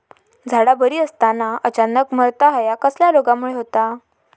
झाडा बरी असताना अचानक मरता हया कसल्या रोगामुळे होता?